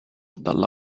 dalla